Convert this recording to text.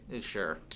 Sure